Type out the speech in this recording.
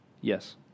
Yes